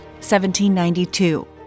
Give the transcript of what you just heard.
1792